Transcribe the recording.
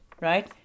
right